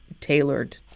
tailored